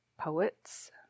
poets